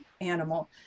animal